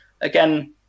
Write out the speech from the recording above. Again